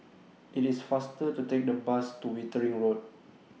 IT IS faster to Take The Bus to Wittering Road